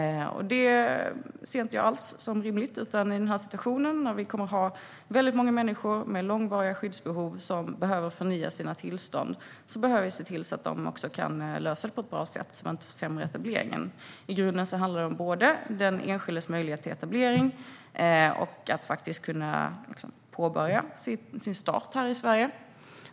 Det ser jag inte som rimligt alls. I den här situationen, där vi kommer att ha väldigt många människor med långvariga skyddsbehov som behöver förnya sina tillstånd, behöver vi se till att de kan lösa detta på ett bra sätt som inte försämrar etableringen. I grunden handlar det om den enskildes möjlighet till både etablering och att påbörja sin start här i Sverige.